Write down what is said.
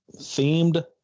themed